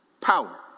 power